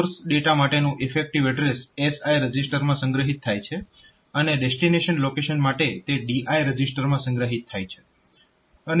source data માટેનું effective address SI રજીસ્ટરમાં સંગ્રહિત થાય છે અને ડેસ્ટીનેશન લોકેશન માટે તે DI રજીસ્ટરમાં સંગ્રહિત થાય છે